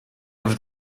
już